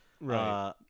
Right